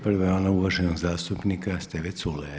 Prva je ona uvaženog zastupnika Steve Culeja.